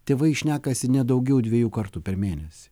tėvai šnekasi ne daugiau dviejų kartų per mėnesį